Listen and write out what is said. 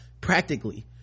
practically